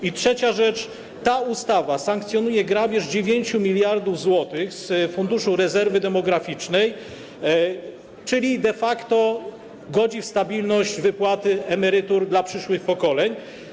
I trzecia rzecz, ta ustawa sankcjonuje grabież 9 mld zł z Funduszu Rezerwy Demograficznej, czyli de facto godzi w stabilność wypłaty emerytur dla przyszłych pokoleń.